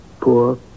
Poor